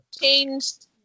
Changed